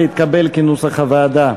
קבוצת העבודה,